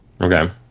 Okay